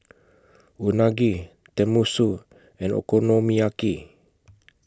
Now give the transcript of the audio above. Unagi Tenmusu and Okonomiyaki